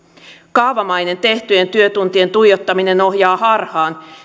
kaavamainen tehtyjen työtuntien tuijottaminen ohjaa harhaan